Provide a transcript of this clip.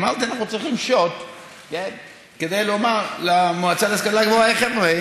אמרתי שאנחנו צריכים שוט כדי לומר למועצה להשכלה גבוהה: חבר'ה,